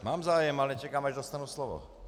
Mám zájem, ale čekám, až dostanu slovo.